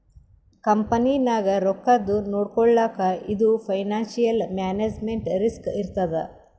ಕಂಪನಿನಾಗ್ ರೊಕ್ಕಾದು ನೊಡ್ಕೊಳಕ್ ಇದು ಫೈನಾನ್ಸಿಯಲ್ ಮ್ಯಾನೇಜ್ಮೆಂಟ್ ರಿಸ್ಕ್ ಇರ್ತದ್